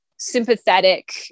sympathetic